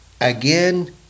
Again